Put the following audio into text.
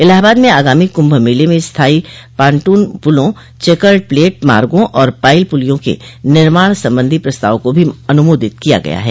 इलाहाबाद में आगामी कुंभ मेले मेले में स्थायी पान्टून पुलों चेकर्ड प्लेट मार्गो और पाइल पुलियों के निर्माण संबंधो प्रस्ताव को भी अनुमोदित किया गया है